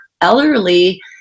elderly